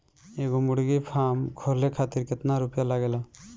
एगो मुर्गी फाम खोले खातिर केतना रुपया लागेला?